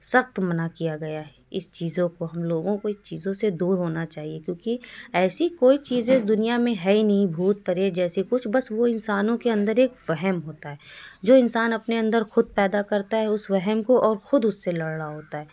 سخت منع کیا گیا ہے اس چیزوں کو ہم لوگوں کو اس چیزوں سے دور ہونا چاہیے کیونکہ ایسی کوئی چیز اس دنیا میں ہے ہی نہیں بھوت پریت جیسی کچھ بس وہ انسانوں کے اندر ایک وہم ہوتا ہے جو انسان اپنے اندر خود پیدا کرتا ہے اس وہم کو اور خود اس سے لڑ رہا ہوتا ہے